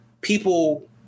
people